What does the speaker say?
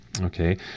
Okay